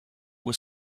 will